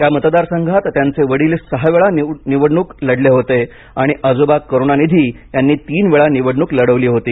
या मतदारसंघात त्यांचे वडील सहा वेळा निवडणूक लढले होते आणि आजोबा करुणानिधी यांनी तीनवेळा निवडणुक लढवली होती